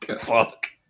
Fuck